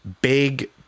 big